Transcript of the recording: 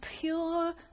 pure